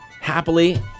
happily